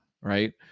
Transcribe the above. right